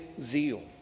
zeal